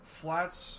flats